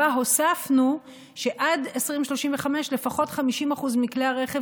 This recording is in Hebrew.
שבה הוספנו שעד 2035 לפחות 50% מכלי הרכב